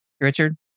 Richard